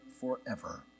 forever